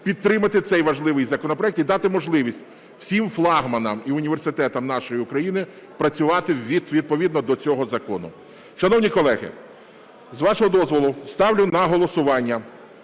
підтримати цей важливий законопроект і дати можливість всім флагманам і університетам нашої України працювати відповідно до цього закону. Шановні колеги, з вашого дозволу, ставлю на голосування